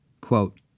Quote